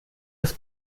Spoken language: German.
des